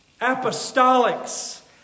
apostolics